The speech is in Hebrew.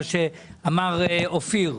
מה שאמר אופיר,